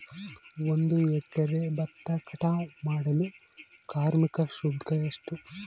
ಒಂದು ಎಕರೆ ಭತ್ತ ಕಟಾವ್ ಮಾಡಲು ಕಾರ್ಮಿಕ ಶುಲ್ಕ ಎಷ್ಟು?